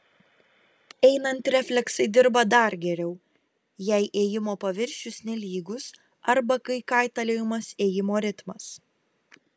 einant refleksai dirba dar geriau jei ėjimo paviršius nelygus arba kai kaitaliojamas ėjimo ritmas